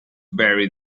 bury